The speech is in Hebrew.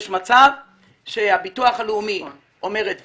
מצב שהביטוח הלאומי אומר את דברו,